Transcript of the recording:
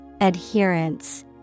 Adherence